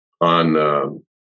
on